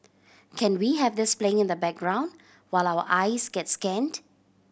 can we have this playing in the background while our eyes get scanned